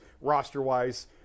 roster-wise